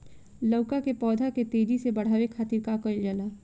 लउका के पौधा के तेजी से बढ़े खातीर का कइल जाला?